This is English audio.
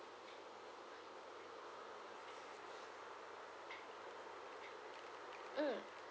mm